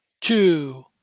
two